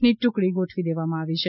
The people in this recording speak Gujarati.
ની ટૂકડી ગોઠવી દેવામાં આવી છે